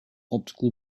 optical